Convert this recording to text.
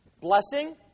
blessing